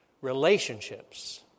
relationships